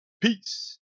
Peace